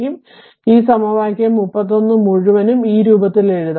അതിനാൽ ഈ സമവാക്യം 31 മുഴുവനും ഈ രൂപത്തിൽ എഴുതാം